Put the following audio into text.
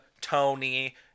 tony